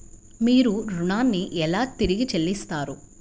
మీరు ఋణాన్ని ఎలా తిరిగి చెల్లిస్తారు?